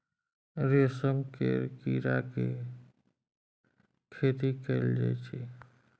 रेशम केर कीड़ा केर खेती कएल जाई छै